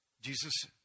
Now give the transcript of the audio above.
Jesus